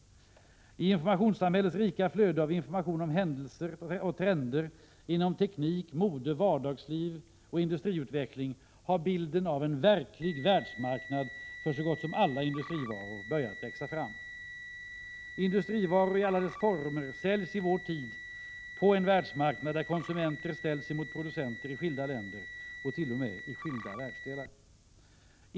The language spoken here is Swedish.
I informationssamhällets rika flöde av information om händelser och trender inom teknik, mode, vardagsliv och industriutveckling, har bilden av en verklig världsmarknad för så gott som alla industrivaror börjat växa fram. Industrivaror i alla dess former säljs i vår tid på en världsmarknad där konsumenter ställs emot producenter i skilda länder och t.o.m. i skilda världsdelar.